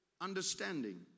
understanding